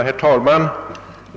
Herr talman!